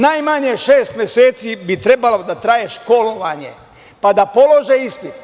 Najmanje šest meseci bi trebalo da traje školovanje, pa da polože ispit.